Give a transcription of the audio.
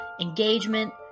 engagement